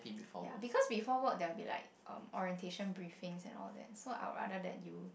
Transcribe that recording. ya because before work there will be like um orientation briefings and all that so I'll rather that you